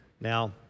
Now